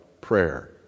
prayer